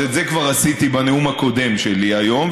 אז את זה כבר עשיתי בנאום הקודם שלי היום,